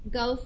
go